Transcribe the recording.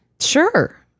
Sure